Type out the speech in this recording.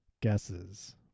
guesses